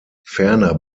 ferner